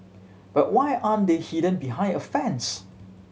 but why are they hidden behind a fence